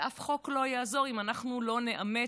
ואף חוק לא יעזור אם אנחנו לא נאמץ,